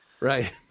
Right